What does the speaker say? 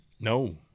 No